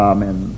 Amen